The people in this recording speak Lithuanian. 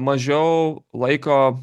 mažiau laiko